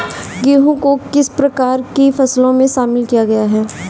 गेहूँ को किस प्रकार की फसलों में शामिल किया गया है?